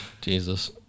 Jesus